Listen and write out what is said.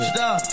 Stop